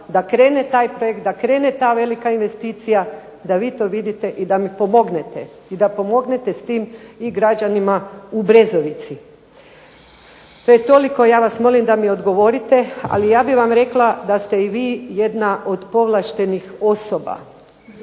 da krene taj projekt, da krene ta velika investicija, da vi to vidite i da mi pomognete i da pomognete s tim i građanima u Brezovici. Te toliko ja vas molim da mi odgovorite, ali ja bih vam rekla da ste i vi jedna od povlaštenih osoba